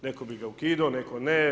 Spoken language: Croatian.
Netko bi ga ukidao, netko ne.